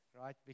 right